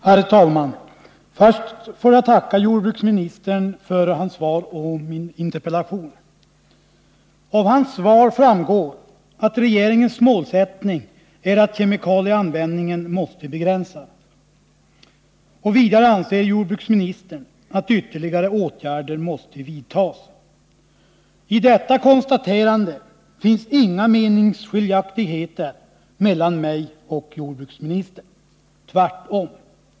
Herr talman! Först får jag tacka jordbruksministern för hans svar på min interpellation. Av svaret framgår att regeringens målsättning är att kemikalieanvändningen måste begränsas, och vidare anser jordbruksministern att ytterligare åtgärder måste vidtas. När det gäller detta konstaterande finns inga meningsskiljaktigheter mellan mig och jordbruksministern — tvärtom.